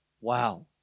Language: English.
Wow